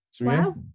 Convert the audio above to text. Wow